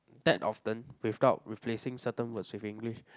that often without replacing certain words with English